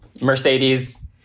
Mercedes